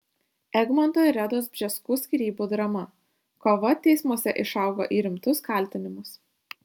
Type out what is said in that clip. egmonto ir redos bžeskų skyrybų drama kova teismuose išaugo į rimtus kaltinimus